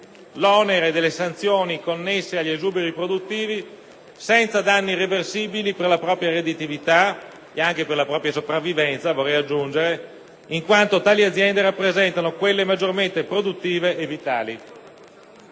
l'onere delle sanzioni connesse agli esuberi produttivi senza danni irreversibili per la propria redditività - e anche per la propria sopravvivenza, vorrei aggiungere - in quanto tali aziende rappresentano quelle maggiormente produttive e vitali.